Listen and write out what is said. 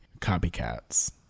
copycats